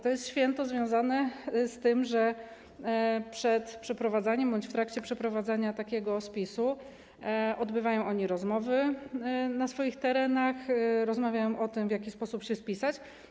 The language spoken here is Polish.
To jest święto związane z tym, że przed przeprowadzaniem bądź w trakcie przeprowadzania takiego spisu odbywają oni rozmowy na swoich terenach, rozmawiają o tym, w jaki sposób się spisać.